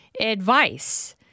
advice